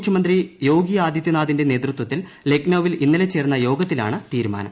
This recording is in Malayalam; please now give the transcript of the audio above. മുഖ്യമന്ത്രി യോഗി ആദിത്യനാഥിന്റെ നേതൃത്വത്തിൽ ലക്നൌവിൽ ഇന്നലെ ചേർന്ന യോഗത്തിലാണ് തീരുമാനം